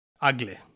ugly